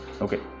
okay